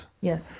Yes